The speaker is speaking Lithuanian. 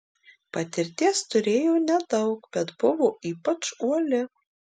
patirties turėjo nedaug bet buvo ypač uoli